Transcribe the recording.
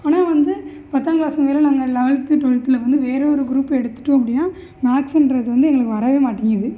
ஆனால் வந்து பத்தாம் கிளாஸுக்கு மேலே நாங்கள் லெவல்த்து டுவல்த்தில் வந்து வேற ஒரு குரூப்பை எடுத்துவிட்டோம் அப்படின்னா மேக்ஸுன்றது வந்து எங்களுக்கு வரவே மாட்டிங்குது